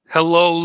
Hello